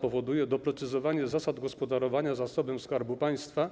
Powoduje to doprecyzowanie zasad gospodarowania zasobem Skarbu Państwa